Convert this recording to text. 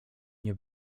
nie